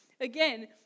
Again